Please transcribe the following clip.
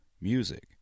music